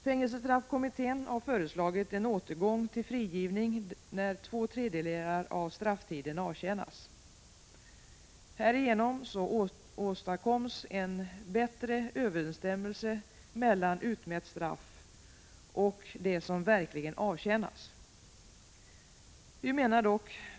Fängelsestraffkommittén har föreslagit en återgång till frigivning när två tredjedelar av strafftiden avtjänats. Härigenom åstadkoms en bättre överensstämmelse mellan utmätt straff och det som verkligen avtjänas.